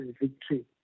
victory